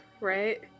right